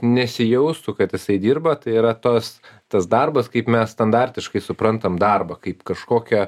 nesijaustų kad jisai dirba tai yra tas tas darbas kaip mes standartiškai suprantam darbą kaip kažkokią